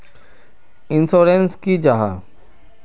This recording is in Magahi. इंश्योरेंस की जाहा?